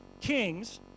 kings